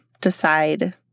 decide